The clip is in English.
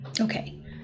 Okay